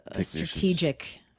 strategic